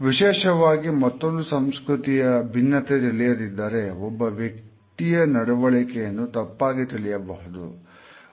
ವಿಶೇಷವಾಗಿ ಮತ್ತೊಂದು ಸಂಸ್ಕೃತಿಯ ಭಿನ್ನತೆ ತಿಳಿಯದಿದ್ದರೆ ಒಬ್ಬ ವ್ಯಕ್ತಿಯ ನಡವಳಿಕೆಯನ್ನು ತಪ್ಪಾಗಿ ತಿಳಿಯಬಹುದು